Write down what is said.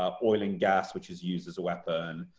um oil and gas, which is used as a weapon.